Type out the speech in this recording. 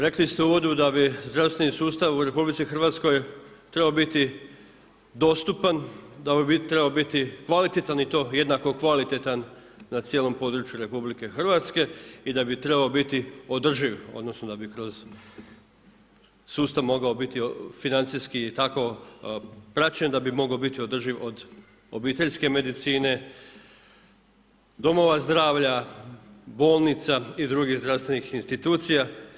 Rekli ste u uvodu da bi zdravstveni sustav u RH trebao biti dostupan, da bi trebao biti kvalitetan i to jednako kvalitetan na cijelom području RH i da bi trebao biti održiv odnosno da bi kroz sustav mogao biti financijski tako praćen da bi mogao biti održiv od obiteljske medicine, domova zdravlja, bolnica i drugih zdravstvenih institucija.